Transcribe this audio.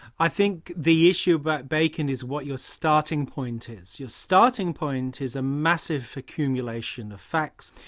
i think the issue about bacon is what your starting point is your starting point is a massive accumulation of facts.